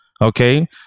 Okay